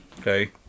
okay